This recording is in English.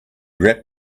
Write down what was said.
wrapped